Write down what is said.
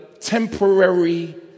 temporary